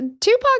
Tupac